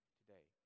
today